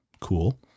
cool